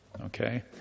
okay